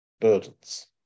burdens